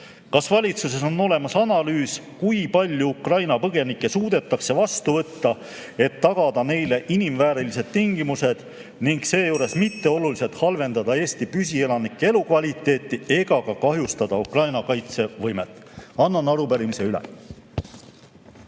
Kas valitsuses on olemas analüüs, kui palju Ukraina põgenikke suudetakse vastu võtta, et tagada neile inimväärilised tingimused ning seejuures mitte oluliselt halvendada Eesti püsielanike elukvaliteeti ega ka kahjustada Ukraina kaitsevõimet? Annan arupärimise üle.